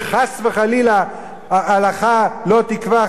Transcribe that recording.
שחס וחלילה ההלכה לא תקבע,